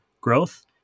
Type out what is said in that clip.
growth